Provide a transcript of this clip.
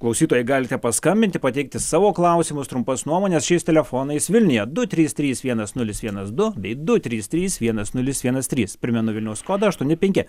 klausytojai galite paskambinti pateikti savo klausimus trumpas nuomones šiais telefonais vilniuje du trys trys vienas nulis vienas du bei du trys trys vienas nulis vienas trys primenu vilniaus kodą aštuoni penki